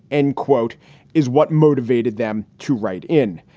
end quote is what motivated them to write in.